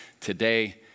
Today